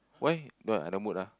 why don't no mood ah